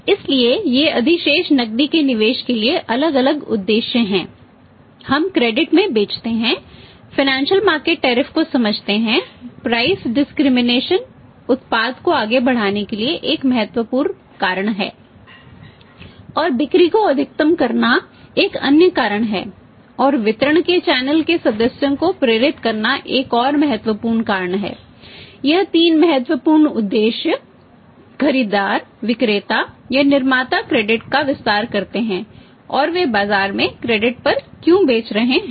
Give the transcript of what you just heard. इसलिए ये अधिशेष नकदी के निवेश के लिए अलग अलग उद्देश्य हैं हम क्रेडिट पर क्यों बेच रहे हैं